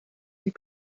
des